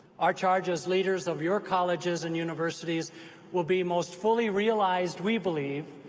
our charge as leaders of your colleges and universities will be most fully realized, we believe,